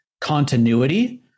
continuity